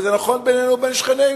וזה נכון בינינו לבין שכנינו.